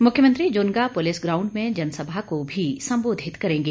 मुख्यमंत्री Junga police ground में जनसभा को भी संबोधित करेंगे